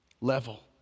Level